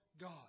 God